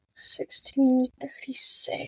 1636